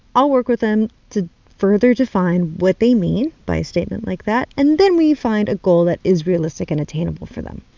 i'll work with them to further define what they mean by a statement like that. and then we find a goal that is realistic and attainable for them.